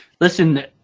Listen